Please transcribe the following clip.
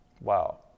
Wow